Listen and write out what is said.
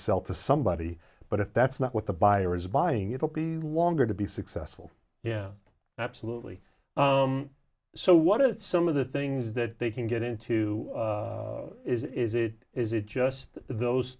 sell to somebody but if that's not what the buyer is buying it will be longer to be successful yeah absolutely so what it's some of the things that they can get into is it is it is it just those